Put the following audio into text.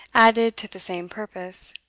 added to the same purpose.